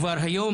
כבר היום,